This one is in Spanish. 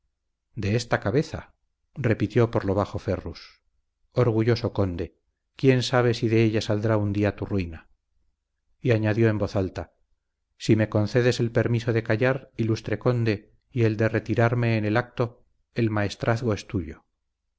de esta cabeza repitió por lo bajo ferrus orgulloso conde quién sabe si de ella saldrá un día tu ruina y añadió en voz alta si me concedes el permiso de callar ilustre conde y el de retirarme en el acto el maestrazgo es tuyo